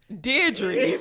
Deirdre